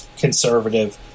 conservative